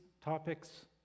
topics